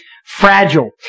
fragile